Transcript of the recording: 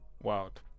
Wild